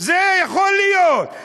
זה יכול להיות,